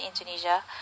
Indonesia